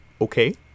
okay